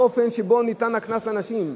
האופן שבו ניתן הקנס לאנשים.